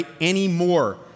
anymore